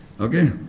Okay